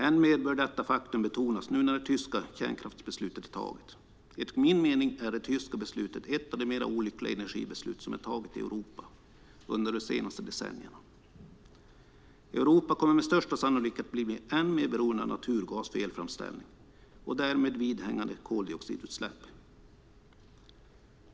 Än mer bör detta faktum betonas nu när det tyska kärnkraftsbeslutet är taget. Enligt min mening är det tyska beslutet ett av de mer olyckliga energibeslut som är tagna i Europa under de senaste decennierna. Europa kommer med största sannolikhet att bli än mer beroende av naturgas för elframställning och därmed vidhängande koldioxidutsläpp.